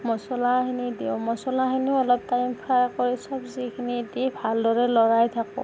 মছলাখিনি দিওঁ মছলাখিনিও অলপ টাইম ফ্ৰাই কৰি চব্জিখিনি দি ভালদৰে লৰাই থাকোঁ